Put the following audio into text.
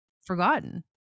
forgotten